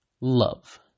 Love